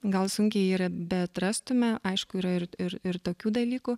gal sunkiai ir beatrastume aišku yra ir ir ir tokių dalykų